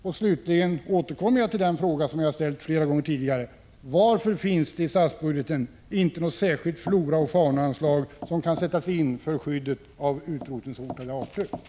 Och slutligen återkommer jag till den fråga som jag har ställt flera gånger tidigare: Varför finns det i statsbudgeten inte något särskilt floraoch faunaanslag som kan sättas in till skydd för utrotningshotade arter?